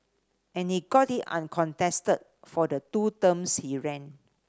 and he got in uncontested for the two terms he ran